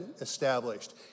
established